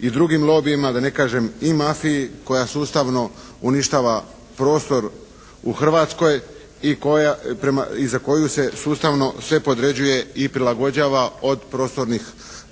i drugim lobijima, da ne kažem i mafiji koja sustavno uništava prostor u Hrvatskoj i koja prema, i za koju se sustavno sve podređuje i prilagođava od prostornih